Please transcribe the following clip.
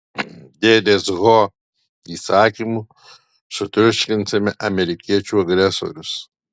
dėdės ho įsakymu sutriuškinsime amerikiečių agresorius